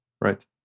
Right